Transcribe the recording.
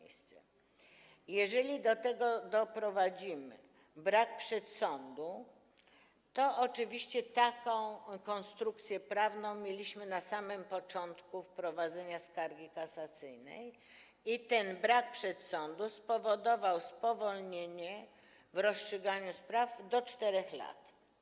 Jeżeli do tego doprowadzimy, chodzi o brak przedsądu, to oczywiście taką konstrukcję prawną mieliśmy na samym początku wprowadzenia skargi kasacyjnej i ten brak przedsądu spowodował spowolnienie w rozstrzyganiu spraw do 4 lat.